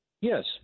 Yes